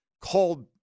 called –